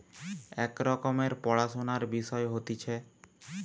এক রকমের পড়াশুনার বিষয় হতিছে